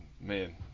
man